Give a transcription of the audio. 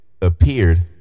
appeared